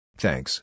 Thanks